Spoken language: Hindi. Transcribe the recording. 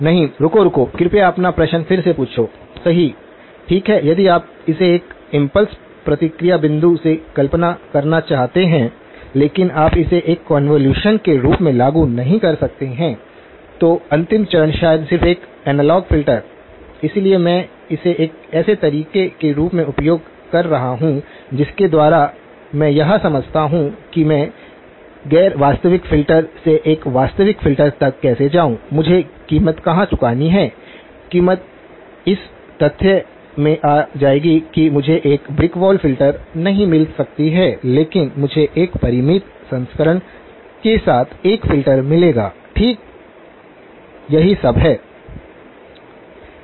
नहीं रुको रुको कृपया अपना प्रश्न फिर से पूछें सही ठीक है यदि आप इसे एक इम्पल्स प्रतिक्रिया बिंदु से कल्पना करना चाहते हैं लेकिन आप इसे एक कोंवोलुशन के रूप में लागू नहीं कर सकते हैं तो अंतिम चरण शायद सिर्फ एक एनालॉग फ़िल्टर इसलिए मैं इसे एक ऐसे तरीके के रूप में उपयोग कर रहा हूं जिसके द्वारा मैं यह समझाता हूं कि मैं गैर वास्तविक फिल्टर से एक वास्तविक फिल्टर तक कैसे जाऊं मुझे कीमत कहां चुकानी है कीमत इस तथ्य में आ जाएगी कि मुझे एक ब्रिक वॉल फ़िल्टर नहीं मिल सकती है लेकिन मुझे एक परिमित संक्रमण के साथ एक फ़िल्टर मिलेगा ठीक यही सब है